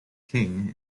king